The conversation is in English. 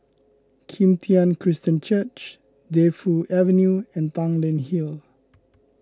Kim Tian Christian Church Defu Avenue and Tanglin Hill